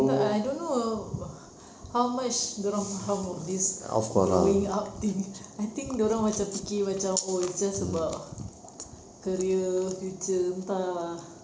but I I don't know how much dia orang faham of this growing up thing I think macam fikir macam oh it's just about career future entah lah